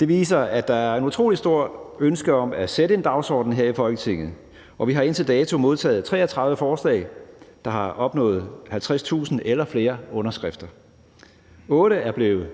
det viser, at der er et utrolig stort ønske om at sætte en dagsorden her i Folketinget. Vi har indtil dato modtaget 33 forslag, der har opnået 50.000 eller flere underskrifter – 8